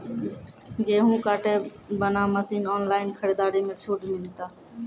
गेहूँ काटे बना मसीन ऑनलाइन खरीदारी मे छूट मिलता?